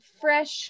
fresh